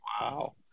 Wow